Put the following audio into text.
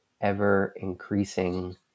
ever-increasing